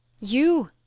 you!